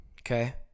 okay